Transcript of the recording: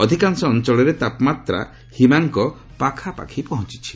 ଅଧିକାଂଶ ଅଞ୍ଚଳରେ ତାପମାତ୍ରା ହିମାଙ୍ଗ ପାଖାପାଖି ପହଞ୍ଚୁଛି